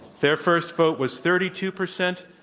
their first vote was thirty two percent.